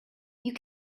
you